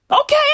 Okay